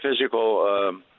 physical